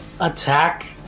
attack